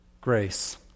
grace